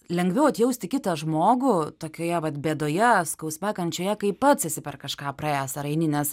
lengviau atjausti kitą žmogų tokioje vat bėdoje skausme kančioje kai pats esi per kažką praėjęs ar eini nes